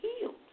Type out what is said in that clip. healed